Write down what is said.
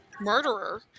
murderer